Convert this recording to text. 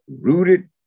rooted